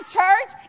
church